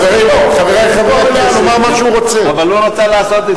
חברים, חברי חברי הכנסת, אבל הוא רצה לעשות את זה.